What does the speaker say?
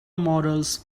models